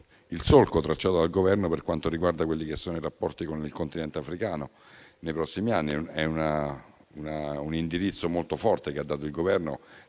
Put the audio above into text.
nel solco tracciato dal Governo per quanto riguarda i rapporti con il continente africano nei prossimi anni. È un indirizzo molto forte quello che ha dato il Governo,